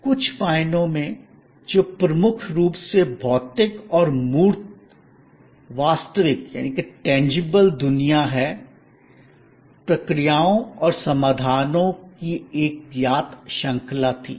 कुछ मायनों में जो प्रमुख रूप से भौतिक और मूर्त वास्तविक टेंजेबल tangible दुनिया है प्रक्रियाओं और समाधानों की एक ज्ञात श्रृंखला थी